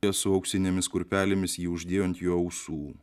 esu auksinėmis kurpelėmis ji uždėjo ant jo ausų